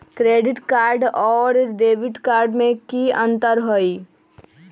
Credit card और debit card में की अंतर हई?